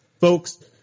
folks